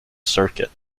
circuit